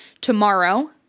tomorrow